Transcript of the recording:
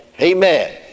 Amen